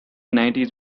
nineties